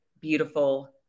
beautiful